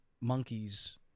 monkeys